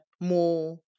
more